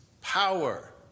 power